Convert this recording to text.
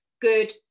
good